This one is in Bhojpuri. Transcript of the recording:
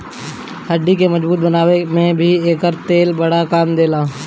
हड्डी के मजबूत बनावे में भी एकर तेल बड़ा काम देला